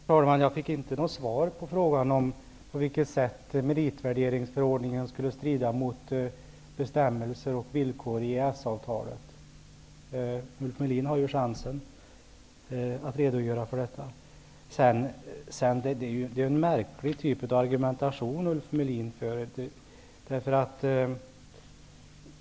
Herr talman! Jag fick inte något svar på min fråga om på vilket sätt meritvärderingsförordningen skulle strida mot bestämmelser och villkor i EES avtalet. Ulf Melin har nu chans att redogöra för detta. Ulf Melins argumentation är märklig.